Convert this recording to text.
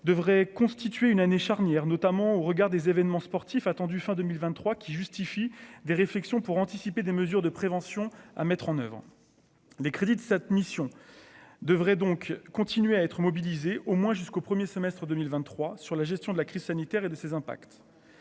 devrait constituer une année charnière, notamment au regard des événements sportifs attendus fin 2023 qui justifie des réflexions pour anticiper des mesures de prévention à mettre en oeuvre les crédits de cette mission devrait donc continuer à être mobilisés au moins jusqu'au 1er semestre 2023 sur la gestion de la crise sanitaire et de ses impacts